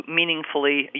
meaningfully